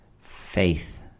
faith